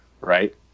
right